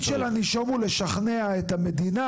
התפקיד של הנישום הוא לשכנע את המדינה,